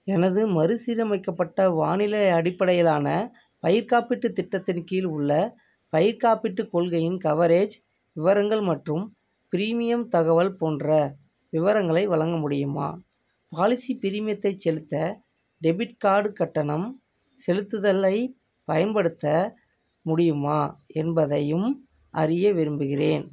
எனது மறுசீரமைக்கப்பட்ட வானிலை அடிப்படையிலான பயிர் காப்பீட்டுத் திட்டத்தின் கீழ் உள்ள பயிர் காப்பீட்டுக் கொள்கையின் கவரேஜ் விவரங்கள் மற்றும் ப்ரீமியம் தகவல் போன்ற விவரங்களை வழங்க முடியுமா பாலிசி பிரீமியத்தைச் செலுத்த டெபிட் கார்டு கட்டணம் செலுத்துதலைப் பயன்படுத்த முடியுமா என்பதையும் அறிய விரும்புகிறேன்